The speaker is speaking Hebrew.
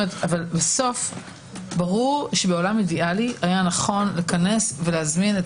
ברור שבעולם אידיאלי היה נכון להזמין את